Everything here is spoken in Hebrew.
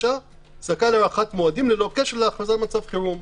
זכאי להארכת מועדים ללא קשר להכרזה על מצב חירום.